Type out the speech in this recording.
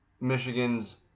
Michigan's